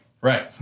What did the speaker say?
Right